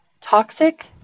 Toxic